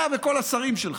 אתה וכל השרים שלך.